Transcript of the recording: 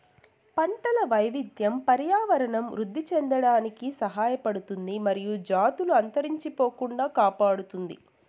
పంటల వైవిధ్యం పర్యావరణం వృద్ధి చెందడానికి సహాయపడుతుంది మరియు జాతులు అంతరించిపోకుండా కాపాడుతుంది